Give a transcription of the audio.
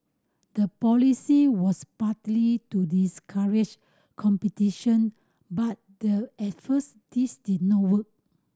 the policy was partly to discourage competition but the at first this did not work